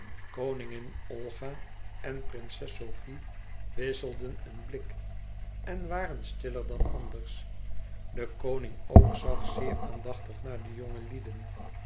koningin olga en prinses sofie wisselden een blik en waren stiller dan anders de koning ook zag zeer aandachtig naar de